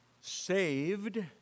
saved